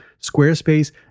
squarespace